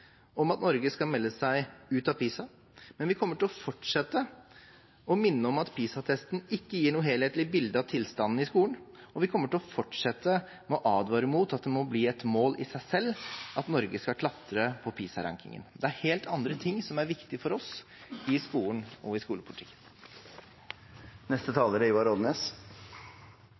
om at Norge skal melde seg ut av PISA, men vi kommer til å fortsette å minne om at PISA-testen ikke gir noe helhetlig bilde av tilstanden i skolen, og vi kommer til å fortsette med å advare mot at det må bli et mål i seg selv at Norge skal klatre på PISA-rankingen. Det er helt andre ting som er viktig for oss i skolen og i